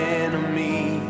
enemy